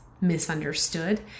misunderstood